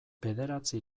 bederatzi